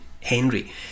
Henry